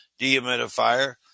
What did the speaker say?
dehumidifier